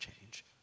change